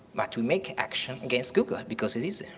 but we make action against google because it is.